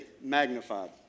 Magnified